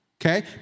Okay